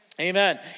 Amen